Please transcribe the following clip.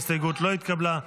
ההסתייגות לא התקבלה.